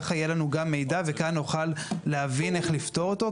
כך יהיה לנו גם מידע וכאן נוכל להבין איך לפתור אותו.